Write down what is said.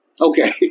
Okay